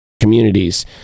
communities